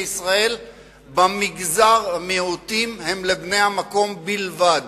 ישראל במגזר המיעוטים הם לבני המקום בלבד.